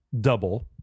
double